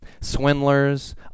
swindlers